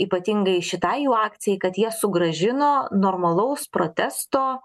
ypatingai šitai jų akcijai kad jie sugrąžino normalaus protesto